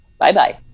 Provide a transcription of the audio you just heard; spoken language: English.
Bye-bye